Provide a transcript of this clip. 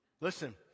Listen